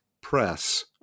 press